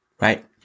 Right